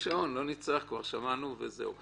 לא את השעון, לא נצטרך כבר, שמענו וזהו.